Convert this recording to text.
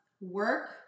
work